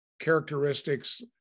characteristics